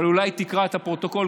אבל אולי היא תקרא את הפרוטוקול,